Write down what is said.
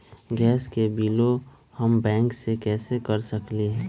Gas के बिलों हम बैंक से कैसे कर सकली?